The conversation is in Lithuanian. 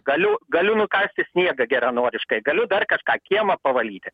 galiu galiu nukasti sniegą geranoriškai galiu dar kažką kiemą pavalyti